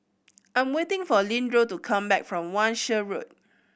I'm waiting for Leandro to come back from Wan Shih Road